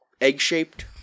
egg-shaped